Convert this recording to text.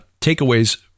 takeaways